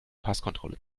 passkontrolle